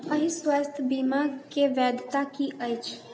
एहि स्वास्थ्य बीमाके वैधता की अछि